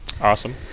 Awesome